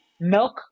milk